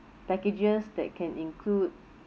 packages that can include